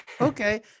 okay